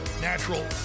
natural